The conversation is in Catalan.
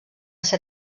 ser